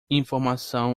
informação